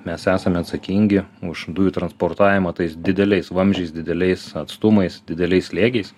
mes esame atsakingi už dujų transportavimą tais dideliais vamzdžiais dideliais atstumais dideliais slėgiais